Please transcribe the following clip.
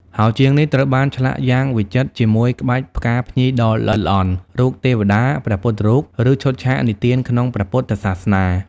ហោជាងនេះ ត្រូវបានឆ្លាក់យ៉ាងវិចិត្រជាមួយក្បាច់ផ្កាភ្ញីដ៏ល្អិតល្អន់ រូបទេវតា ព្រះពុទ្ធរូប ឬឈុតឆាកនិទានក្នុងព្រះពុទ្ធសាសនា។